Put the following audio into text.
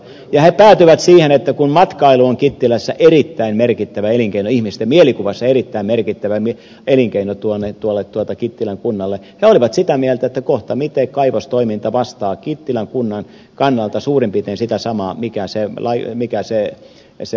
ja he päätyivät siihen kun matkailu on kittilässä erittäin merkittävä elinkeino ihmisten mielikuvissa erittäin merkittävä elinkeino tuolle kittilän kunnalle he olivat sitä mieltä että kohta kaivostoiminta vastaa kittilän kunnan kannalta suurin piirtein sitä samaa mitä se matkailuelinkeino